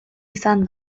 izan